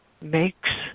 makes